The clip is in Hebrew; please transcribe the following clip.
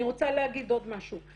אני רוצה להגיד עוד משהו.